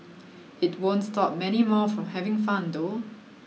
it won't stop many more from having fun though